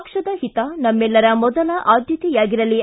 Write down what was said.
ಪಕ್ಷದ ಹಿತ ನಮೈಲ್ಲರ ಮೊದಲ ಆದ್ಯತೆಯಾಗಿರಲಿ